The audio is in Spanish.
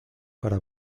para